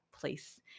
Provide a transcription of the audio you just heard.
place